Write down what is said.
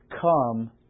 come